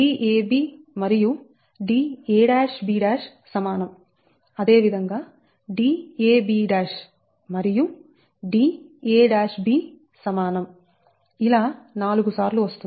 Dab మరియు Dab సమానం అదే విధంగా Dab మరియు Dab సమానం ఇలా 4 సార్లు వస్తుంది